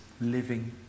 living